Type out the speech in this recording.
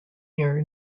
near